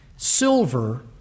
silver